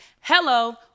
hello